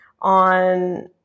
on